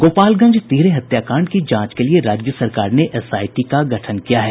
गोपालगंज तिहरे हत्याकांड की जांच के लिए राज्य सरकार ने एसआईटी का गठन किया है